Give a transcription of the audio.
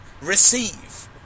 receive